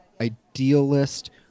idealist